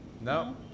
No